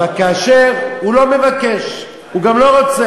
אבל כאשר הוא לא מבקש, הוא גם לא רוצה,